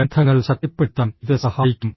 ബന്ധങ്ങൾ ശക്തിപ്പെടുത്താൻ ഇത് സഹായിക്കും